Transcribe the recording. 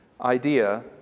idea